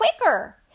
quicker